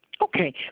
Okay